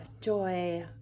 joy